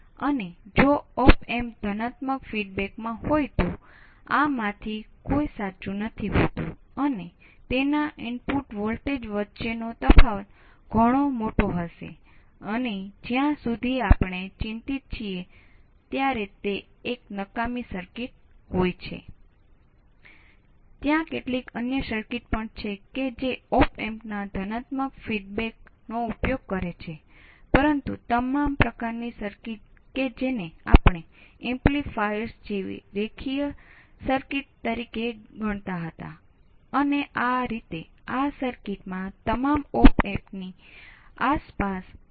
હવે બીજી બાબત એ છે કે કેટલીક વાર એવું કહેવામાં આવે છે કે કોઈ ટર્મિનલ માં છે